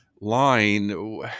line